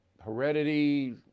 heredity